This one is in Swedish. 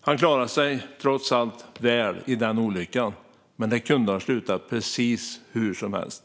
Han klarade sig trots allt väl i den olyckan, men det kunde ha slutat precis hur som helst.